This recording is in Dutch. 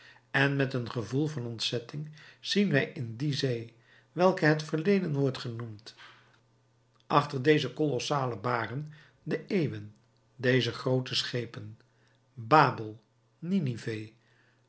en met een gevoel van ontzetting zien wij in die zee welke het verleden wordt genoemd achter deze kolossale baren de eeuwen deze groote schepen babel ninive